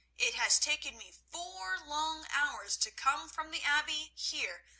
it has taken me four long hours to come from the abbey here,